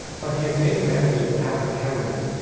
but he had made an enemy of patrick henry,